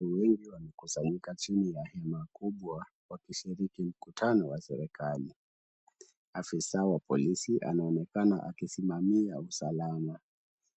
Watu wengi wamekusanyika chini ya hema kubwa wakishiriki mkutano wa serikali. Afisa wa polisi anaonekana akisimamia usalama.